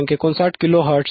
59 kilohertz 1